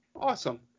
awesome